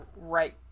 right